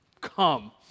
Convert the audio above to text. come